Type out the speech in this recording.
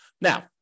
Now